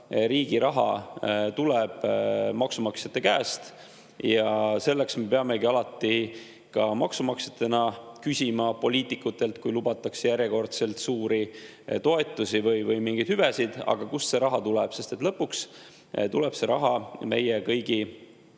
Riigi raha tuleb maksumaksjate käest ja sellepärast me peamegi alati maksumaksjatena küsima poliitikutelt, kui lubatakse järjekordselt suuri toetusi või mingeid hüvesid, kust see raha tuleb, sest lõpuks tuleb see raha meie kõigi